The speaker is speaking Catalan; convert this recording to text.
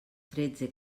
tretze